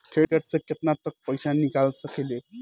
Credit card से केतना तक पइसा निकाल सकिले?